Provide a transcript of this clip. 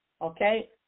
Okay